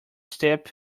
step